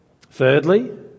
Thirdly